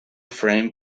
framed